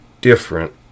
different